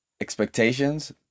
expectations